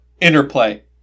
Interplay